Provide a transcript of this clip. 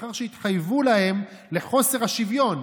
לאחר שהתחייבו להם על חוסר השוויון,